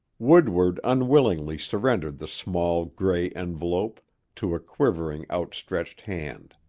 woodward unwillingly surrendered the small, gray envelope to a quivering, outstretched hand.